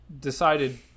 decided